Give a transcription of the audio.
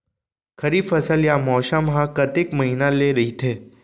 खरीफ फसल या मौसम हा कतेक महिना ले रहिथे?